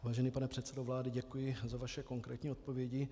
Vážený pane předsedo vlády, děkuji za vaše konkrétní odpovědi.